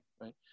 right